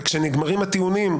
וכשנגמרים הטיעונים,